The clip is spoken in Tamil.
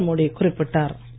நரேந்திரமோடி குறிப்பிட்டார்